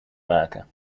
maken